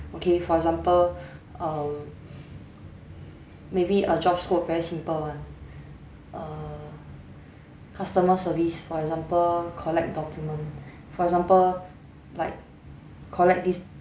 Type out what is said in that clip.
okay for example um maybe a job scope very simple [one] err customer service for example collect document for example like collect this